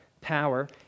power